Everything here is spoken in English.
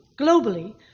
globally